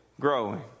growing